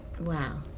Wow